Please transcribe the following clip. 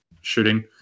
shooting